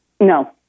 No